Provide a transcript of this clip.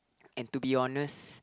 and to be honest